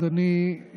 אדוני,